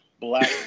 Black